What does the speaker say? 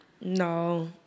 No